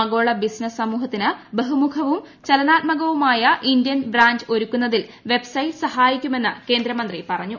ആഗോള ബിസിനസ് സമൂഹത്തിന് ബഹു മുഖവും ചലനാത്മകവുമായ ഇന്ത്യൻ ബ്രാൻഡ് ഒരുക്കുന്നതിൽ വെബസൈറ്റ് സഹായകമാകുമെന്ന് കേന്ദ്ര മന്ത്രി പറഞ്ഞു